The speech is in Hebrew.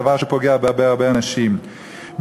דבר שפוגע בהרבה אנשים,